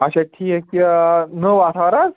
اَچھا ٹھیٖک یہِ نٔو آتھوار حظ